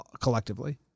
collectively